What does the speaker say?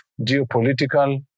geopolitical